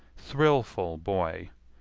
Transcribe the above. thrillful boy,